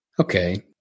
Okay